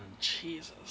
Jesus